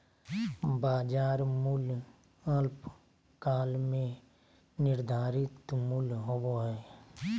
बाजार मूल्य अल्पकाल में निर्धारित मूल्य होबो हइ